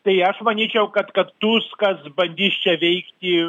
tai aš manyčiau kad kad tuskas bandys čia veikti